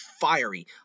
fiery